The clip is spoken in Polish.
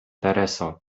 tereso